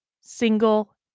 single